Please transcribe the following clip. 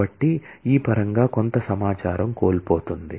కాబట్టి ఈ పరంగా కొంత సమాచారం కోల్పోతుంది